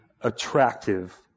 attractive